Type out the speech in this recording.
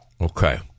Okay